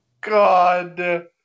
God